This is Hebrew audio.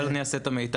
אבל אני אעשה את המיטב,